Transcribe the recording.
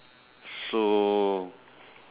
so